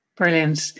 Brilliant